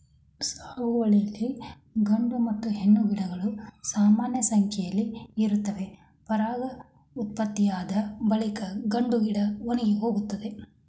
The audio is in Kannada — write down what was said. ಸಾಗುವಳಿಲಿ ಗಂಡು ಮತ್ತು ಹೆಣ್ಣು ಗಿಡಗಳು ಸಮಾನಸಂಖ್ಯೆಲಿ ಇರ್ತವೆ ಪರಾಗೋತ್ಪತ್ತಿಯಾದ ಬಳಿಕ ಗಂಡುಗಿಡ ಒಣಗಿಹೋಗ್ತದೆ